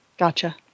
Gotcha